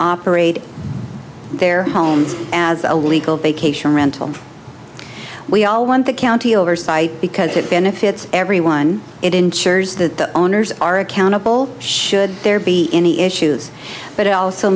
operate their homes as a legal bake a sure rental we all want the county oversight because it benefits everyone it ensures that the owners are accountable should there be any issues but it also